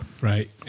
Right